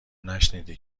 نشنیدی